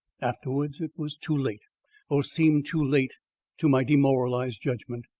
afterwards, it was too late or seemed too late to my demoralised judgment.